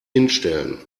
hinstellen